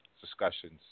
discussions